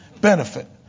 benefit